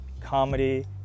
comedy